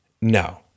No